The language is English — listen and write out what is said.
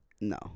No